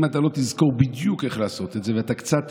אם אתה לא תזכור בדיוק איך לעשות את זה ואתה קצת תשנה,